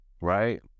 Right